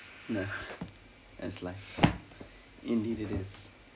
என்ன:enna that's life indeed it is